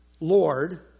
Lord